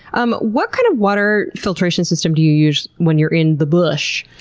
um what kind of water filtration system do you use when you're in the bush?